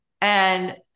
and-